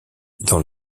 dans